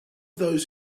those